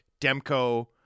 Demko